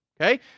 Okay